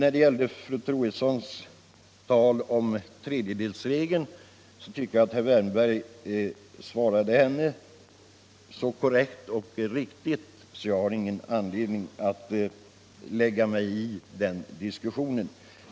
Fru Troedssons tal om tredjedelsregeln tycker jag att herr Wärnberg svarade på så korrekt att jag inte har någon anledning att lägga mig i den diskussionen.